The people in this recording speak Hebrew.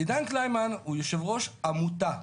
עידן קלימן הוא יושב-ראש עמותה.